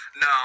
No